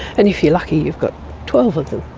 and if you're lucky you've got twelve of them.